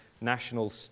national